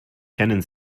kennen